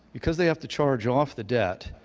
because they have to charge off the debt,